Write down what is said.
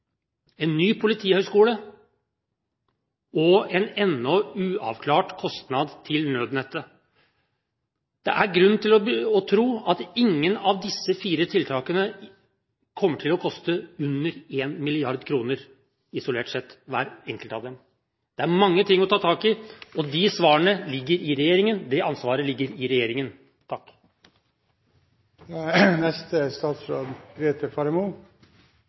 en ny politihøgskole og en ennå uavklart kostnad til nødnettet. Det er grunn til å tro at ingen av disse fire tiltakene kommer til å koste under 1 mrd. kr hver. Det er mange ting å ta tak i, og de svarene ligger i regjeringen, det ansvaret ligger i regjeringen.